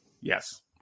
Yes